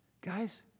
Guys